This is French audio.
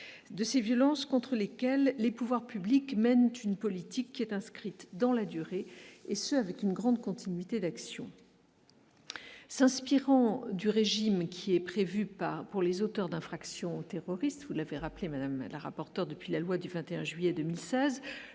de ces violences contre lesquels les pouvoirs publics mènent une politique qui est inscrite dans la durée, et ce avec une grande continuité d'action s'inspirant du régime qui est prévu par pour les auteurs d'infractions terroristes, vous l'avez rappelé Madame la rapporteure, depuis la loi du 21 juillet 2016,